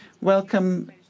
Welcome